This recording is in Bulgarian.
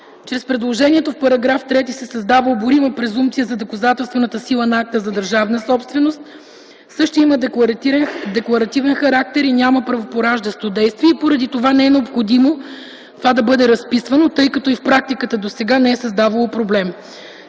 че с предложението в § 3 се създава оборима презумпция за доказателствената сила на акта за държавна собственост. Същият има декларативен характер и няма правопораждащо действие. Не е необходимо това да бъде разписвано, тъй като и в практиката до сега не е създавало проблем.